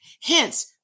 Hence